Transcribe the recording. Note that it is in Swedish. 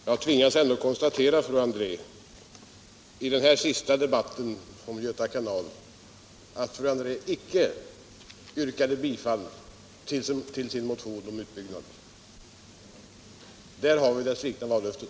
Herr talman! Jag tvingas ändå konstatera i den här debatten om Göta kanal att fru André icke yrkade bifall till sin motion om utbyggnaden. Där har vi det svikna vallöftet.